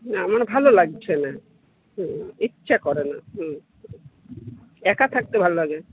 না মানে ভালো লাগছে না হুম ইচ্ছা করে না হুম হুম একা থাকতে ভালো লাগে